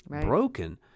broken